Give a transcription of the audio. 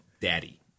daddy